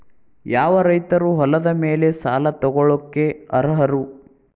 ಯಾವ ರೈತರು ಹೊಲದ ಮೇಲೆ ಸಾಲ ತಗೊಳ್ಳೋಕೆ ಅರ್ಹರು?